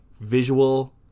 visual